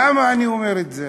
למה אני אומר את זה?